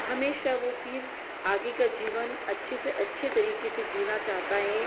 हमेशा वो फिर आगे का जीवन अच्छे से अच्छे तरीके से जीना चाहता है